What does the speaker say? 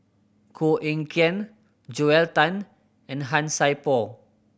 Koh Eng Kian Joel Tan and Han Sai Por